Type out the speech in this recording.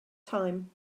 time